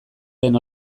den